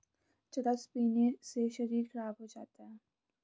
चरस पीने से शरीर खराब हो जाता है